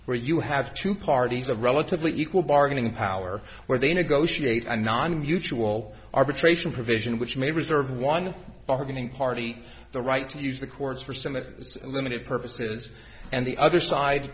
where you have two parties a relatively equal bargaining power where they negotiate a non usual arbitration provision which may reserve one bargaining party the right to use the courts for some of its limited purposes and the other side